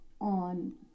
on